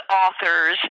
authors